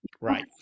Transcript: Right